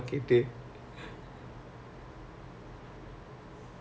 the V_I_V equals to I_R is it